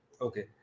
Okay